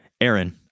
Aaron